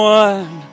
one